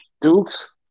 Dukes